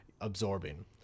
absorbing